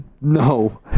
No